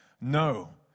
no